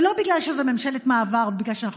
ולא בגלל שזו ממשלת מעבר או בגלל שאנחנו